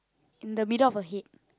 in the middle of head